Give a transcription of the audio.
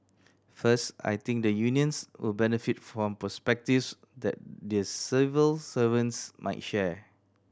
first I think the unions will benefit from perspectives that the civil servants might share